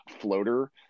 floater